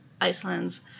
Iceland's